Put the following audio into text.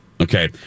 okay